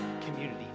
community